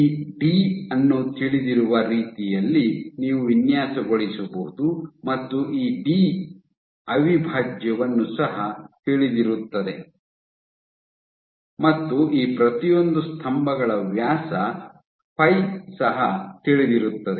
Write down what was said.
ಈ ಡಿ ಅನ್ನು ತಿಳಿದಿರುವ ರೀತಿಯಲ್ಲಿ ನೀವು ವಿನ್ಯಾಸಗೊಳಿಸಬಹುದು ಮತ್ತು ಈ ಡಿ ಅವಿಭಾಜ್ಯವನ್ನು ಸಹ ತಿಳಿದಿರುತ್ತದೆ ಮತ್ತು ಈ ಪ್ರತಿಯೊಂದು ಸ್ತಂಭಗಳ ವ್ಯಾಸ ಫೈ ಸಹ ತಿಳಿದಿರುತ್ತದೆ